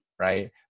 right